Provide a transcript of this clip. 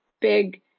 big